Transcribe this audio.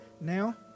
Now